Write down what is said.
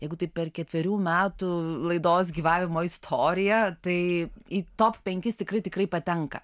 jeigu taip per ketverių metų laidos gyvavimo istoriją tai į top penkis tikrai tikrai patenka